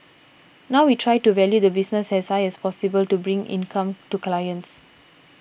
now we try to value the business as high as possible to bring income to clients